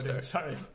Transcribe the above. Sorry